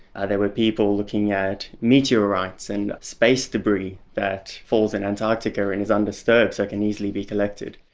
ah there were people looking at meteorites and space debris that falls in antarctica and is undisturbed so it can easily be collected.